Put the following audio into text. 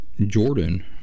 Jordan